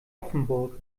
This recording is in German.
offenburg